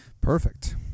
Perfect